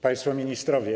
Państwo Ministrowie!